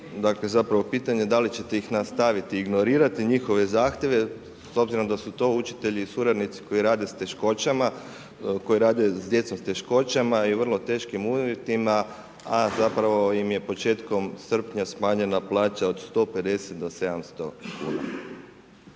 dakle zapravo pitanje da li ćete ih nastaviti ignorirati, njihove zahtjeve s obzirom da su to učitelji i suradnici koji rade s teškoćama, koji rade s djecom s teškoćama i u vrlo teškim uvjetima, a zapravo im je početkom srpnja smanjena plaća od 150 do 700 kuna?